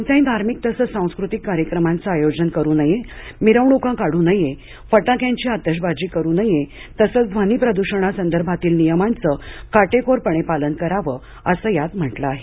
कोणत्याही धार्मिक तसंच सांस्कृतिक कार्यक्रमाचं आयोजन करू नये मिरवणुका काढू नयेत फटाक्यांची आतषबाजी करू नये तसंच ध्वनीप्रद्षणासंदर्भातील नियमांचं काटेकोरपणे पालन करावं असं यात म्हटलं आहे